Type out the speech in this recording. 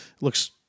looks